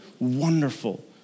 Wonderful